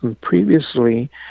previously